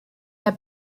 der